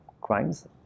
crimes